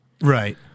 Right